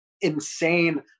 insane